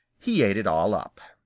he ate it all up.